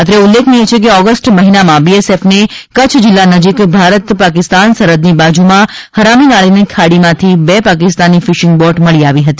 અત્રે ઉલ્લેખનીય છે કે ઓગસ્ટ મહિનામાં બીએસએફને કચ્છ જિલ્લા નજીક ભારત પાક સરહદની બાજુમાં હરામી નાળાની ખાડીમાંથી બે પાકિસ્તાની ફિશિંગ બોટ મળી આવી હતી